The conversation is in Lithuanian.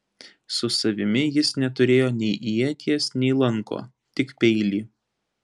su savimi jis neturėjo nei ieties nei lanko tik peilį